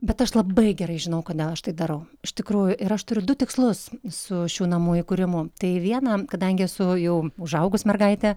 bet aš labai gerai žinau kodėl aš tai darau iš tikrųjų ir aš turiu du tikslus su šių namų įkūrimu tai viena kadangi esu jau užaugus mergaitė